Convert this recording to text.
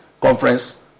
conference